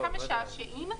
חלקם משעשעים.